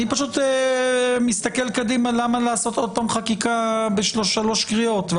אני פשוט מסתכל קדימה למה לעשות עוד פעם חקיקה בשלוש קריאות.